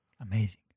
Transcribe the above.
Amazing